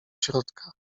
środka